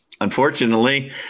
Unfortunately